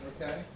Okay